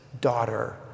daughter